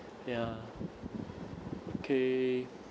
ya okay